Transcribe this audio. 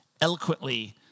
eloquently